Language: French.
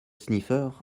sniffer